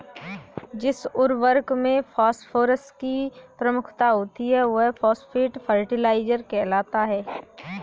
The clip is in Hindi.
जिस उर्वरक में फॉस्फोरस की प्रमुखता होती है, वह फॉस्फेट फर्टिलाइजर कहलाता है